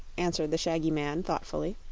answered the shaggy man thoughtfully.